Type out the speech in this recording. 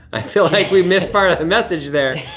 i feel like we missed part of the message there.